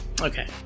Okay